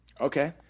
Okay